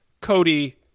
Cody